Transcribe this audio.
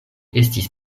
estis